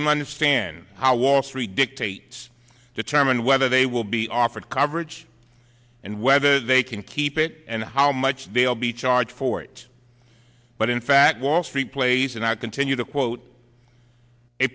money stand how wall street dictates determine whether they will be offered coverage and whether they can keep it and how much they'll be charged for it but in fact wall street plays and i continue to quote a